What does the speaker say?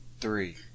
three